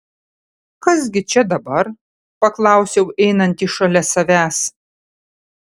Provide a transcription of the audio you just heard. kas gi čia dabar paklausiau einantį šalia savęs